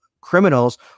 criminals